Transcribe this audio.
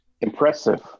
Impressive